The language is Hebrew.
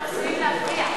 אנחנו עשויים להפתיע.